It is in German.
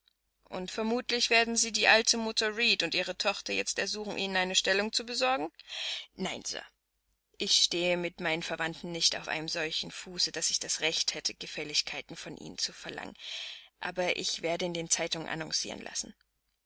und vermutlich werden sie die alte mutter reed und ihre tochter jetzt ersuchen ihnen eine stellung zu besorgen nein sir ich stehe mit meinen verwandten nicht auf einem solchen fuße daß ich das recht hätte gefälligkeiten von ihnen zu verlangen aber ich werde in den zeitungen annoncieren lassen